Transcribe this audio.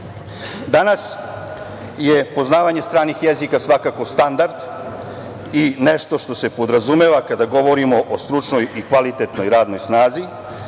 je poznavanje stranih jezika svakako standard i nešto što se podrazumeva i kada govorimo o stručnoj radnoj snazi,